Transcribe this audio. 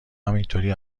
همینطوری